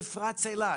מפרץ אילת